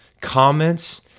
comments